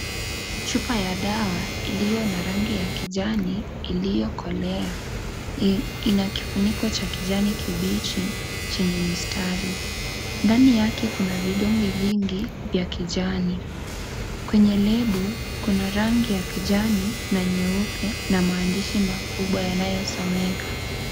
Chupa ya dawa iliyo na rangi ya kijani iliyokolea ina kifuniko cha kijani kibichi chenye mistari, ndani yake kuna vidonge vingi vya kijani kwenye lebo kuna rangi ya kijani na nyeupe na maandishi makubwa yanayosomeka.